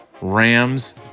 Rams